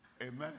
Amen